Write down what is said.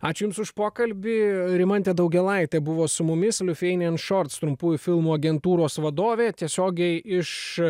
ačiū jums už pokalbį rimantė daugėlaitė buvo su mumis lithuanian šords trumpųjų filmų agentūros vadovė tiesiogiai iš